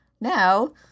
Now